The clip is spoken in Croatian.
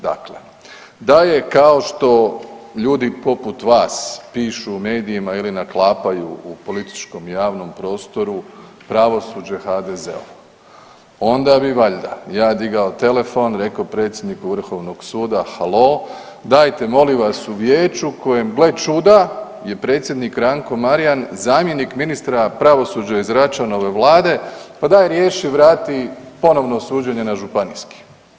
Dakle, da je kao što ljudi poput vas pišu u medijima ili naklapaju u političkom i javnom prostoru pravosuđe HZD-ovo onda bi valjda ja digao telefon rekao predsjedniku Vrhovnog suda, halo dajte molim vas u vijeću u kojem gle čuda je predsjednik Ranko Marijan zamjenik ministra pravosuđa iz Račanove vlade pa daj riješi vrati ponovno suđenje na županijski.